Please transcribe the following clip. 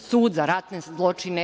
Sud za ratne zločine